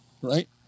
right